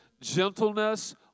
gentleness